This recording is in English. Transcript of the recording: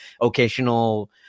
occasional